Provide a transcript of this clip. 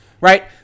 right